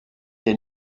des